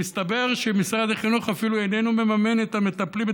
מסתבר שמשרד החינוך אפילו איננו מממן את המטפלים,